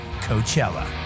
Coachella